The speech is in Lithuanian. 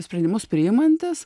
sprendimus priimantis